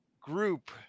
group